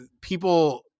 people